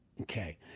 Okay